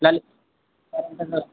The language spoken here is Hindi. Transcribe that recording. फ़िलहाल